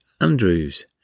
Andrews